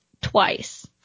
twice